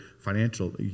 financial